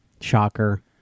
Shocker